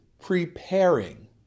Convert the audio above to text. preparing